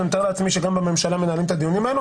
אני מתאר לעצמי שגם בממשלה מנהלים את הדיונים האלה,